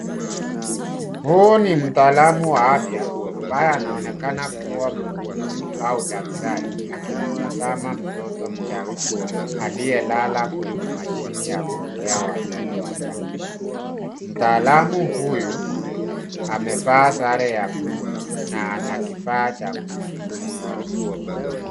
Huu ni mtaalamu wa afya ambaye anaonekana kuwa muukuzi au daktari akimtazama mtoto mchanga alielala kwenye mashine ya kuekea watoto wachanga. Mtaalamu huyu amevaa sare ya bluu na anakifaa cha kusikiliza.